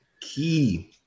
key